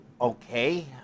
Okay